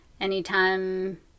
anytime